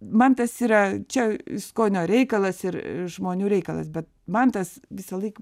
man tas yra čia skonio reikalas ir žmonių reikalas bet man tas visąlaik